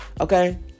okay